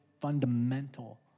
fundamental